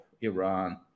Iran